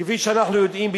שאנחנו יודעים,